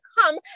come